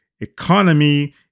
economy